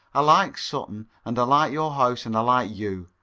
i like sutton, and i like your house, and i like you.